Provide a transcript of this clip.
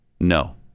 no